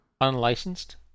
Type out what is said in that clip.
unlicensed